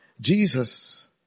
Jesus